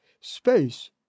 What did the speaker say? Space